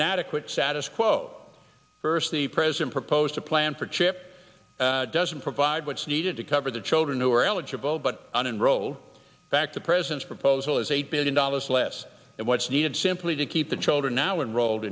inadequate status quo first the president proposed a plan for chip doesn't provide what's needed to cover the children who are eligible but on and roll back the president's proposal is eight billion dollars less than what's needed simply to keep the children now and rolled